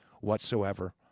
whatsoever